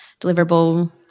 deliverable